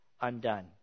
undone